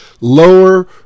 lower